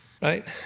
right